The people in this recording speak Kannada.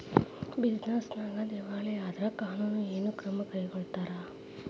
ಬಿಜಿನೆಸ್ ನ್ಯಾಗ ದಿವಾಳಿ ಆದ್ರ ಕಾನೂನು ಏನ ಕ್ರಮಾ ಕೈಗೊಳ್ತಾರ?